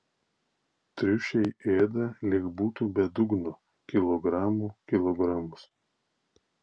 triušiai ėda lyg būtų be dugno kilogramų kilogramus